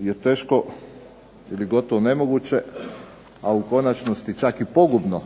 je teško ili gotovo nemoguće a u konačnosti čak i pogubno